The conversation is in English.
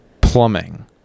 plumbing